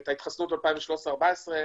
ואת ההתחסנות ב-2013 2014,